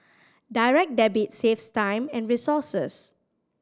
Direct Debit saves time and resources